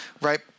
right